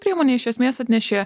priemonė iš esmės atnešė